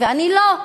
ואני לא.